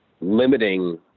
limiting